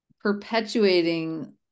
perpetuating